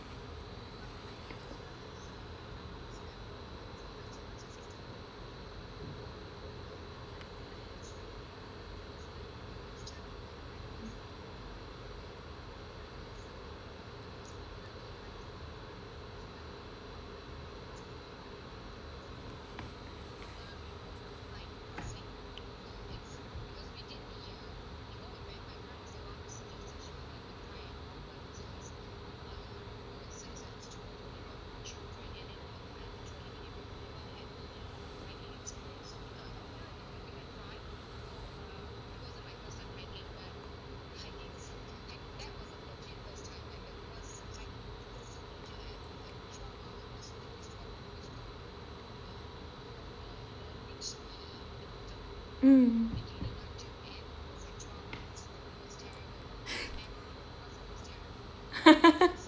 um